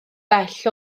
bell